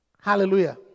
Hallelujah